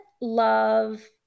love